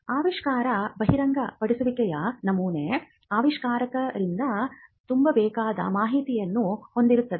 ಆವಿಷ್ಕಾರ ಬಹಿರಂಗಪಡಿಸುವಿಕೆಯ ನಮೂನೆ ಆವಿಷ್ಕಾರಕರಿಂದ ತುಂಬಬೇಕಾದ ಮಾಹಿತಿಯನ್ನು ಹೊಂದಿರುತ್ತದೆ